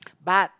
but